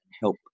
Help